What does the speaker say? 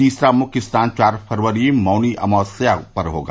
तीसरा मुख्य स्नान चार फरवरी मौनी अमावस्या पर होगा